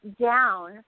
down